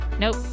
Nope